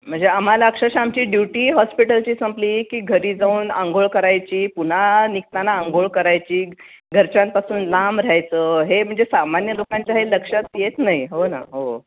म्हणजे आम्हाला अक्षरशः आमची ड्युटी हॉस्पिटलची संपली की घरी जाऊन आंघोळ करायची पुन्हा निघताना आंघोळ करायची घरच्यांपासून लांब राहायचं हे म्हणजे सामान्य लोकांच्या हे लक्षात येत नाही हो ना हो हो हो